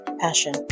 passion